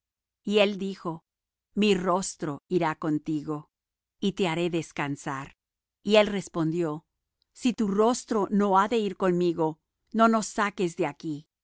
y él dijo mi rostro irá contigo y te haré descansar y él respondió si tu rostro no ha de ir conmigo no nos saques de aquí